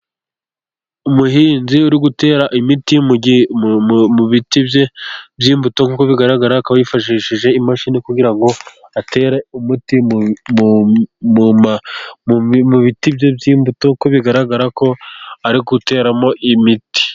Umuhinzi uri gutera imiti mu biti bye by'imbuto, nkuku bigaragara akaba yifashishije imashini kugira ngo atere umuti mu biti bye by'imbuto, kuko bigaragara ko ari guteramo imiti.